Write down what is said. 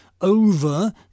over